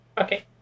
Okay